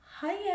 hiya